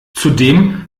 zudem